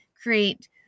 create